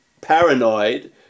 paranoid